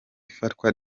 ifatwa